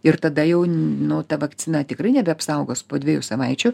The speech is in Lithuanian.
ir tada jau nu ta vakcina tikrai nebeapsaugos po dviejų savaičių